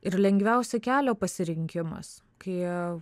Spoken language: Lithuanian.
ir lengviausio kelio pasirinkimas kai